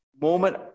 moment